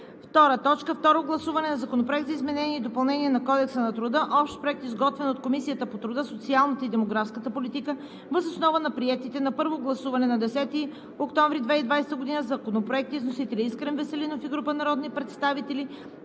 Второ гласуване на Законопроекта за изменение и допълнение на Кодекса на труда (Общ проект, изготвен от Комисията по труда, социалната и демографската политика въз основа на приетите на първо гласуване на 1 октомври 2020 г. законопроекти с вносители: Искрен Веселинов и група народни представители